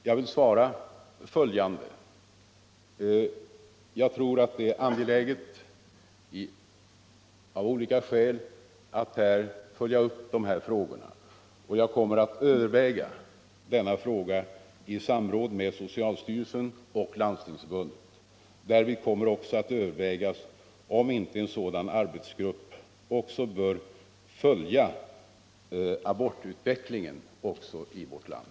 Jag vill svara att jag även för min del tror att det av olika skäl är angeläget att följa upp de här sakerna, och jag kommer att överväga denna fråga i samråd med socialstyrelsen och Landstingsförbundet. Därvid kommer också att övervägas om inte en sådan arbetsgrupp även bör följa abortutvecklingen i vårt land.